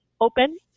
open